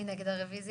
מי נגד הרוויזיה?